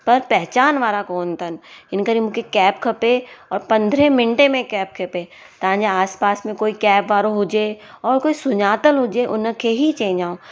पर पहचान वारा कोन्ह अथनि हिन करे मूंखे कैब खपे और पंद्रहें मिंटे में कैब खपे तव्हांजे आस पास में कोई कैब वारो हुजे और कोई सुञातलि हुजे उनखे ई चइजो